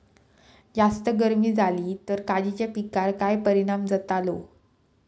जास्त गर्मी जाली तर काजीच्या पीकार काय परिणाम जतालो?